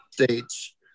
States